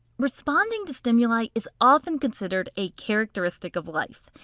responding to stimuli is often considered a characteristic of life.